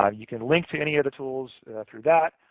um you can link to any of the tools through that.